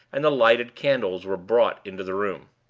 and the lighted candles were brought into the room.